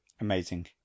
Amazing